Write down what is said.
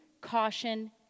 caution